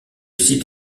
site